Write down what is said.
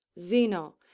Zeno